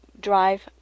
drive